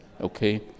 Okay